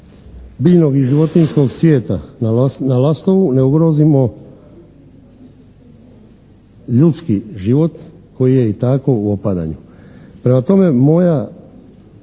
biljnog i životinjskog svijeta na Lastovu ne ugrozimo ljudski život koji je i tako u opadanju. Prema tome, moja